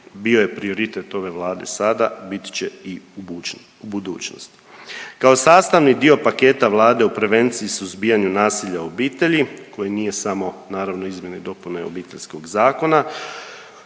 bio je prioritet ove Vlade sada, bit će i u budućnosti. Kao sastavni dio paketa Vlade u prevenciji suzbijanju nasilja u obitelji koji nije samo naravno Izmjene i dopune Obiteljskog zakona